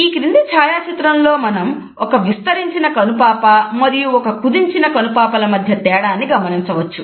ఈ క్రింది ఛాయా చిత్రంలో మనం ఒక విస్తరించిన కనుపాప మరియు ఒక కుదించిన కనుపాపల మధ్య తేడాని గమనించవచ్చు